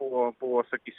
buvo buvo sakys